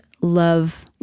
love